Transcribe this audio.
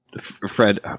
Fred